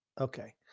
okay